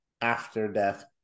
after-death